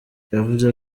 yavuze